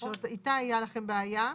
שאיתה הייתה לכם בעיה.